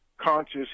conscious